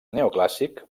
neoclàssic